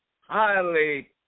highly